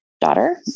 daughter